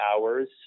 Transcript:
hours